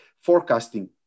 forecasting